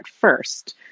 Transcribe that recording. first